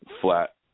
flat